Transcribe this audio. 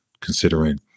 considering